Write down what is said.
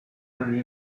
very